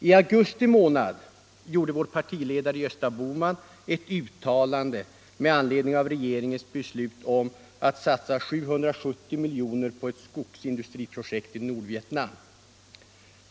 I augusti månad gjorde vår partiledare Gösta Bohman ett uttalande med anledning av regeringens beslut om att satsa 770 miljoner på ett skogsindustriprojekt i Nordvietnam.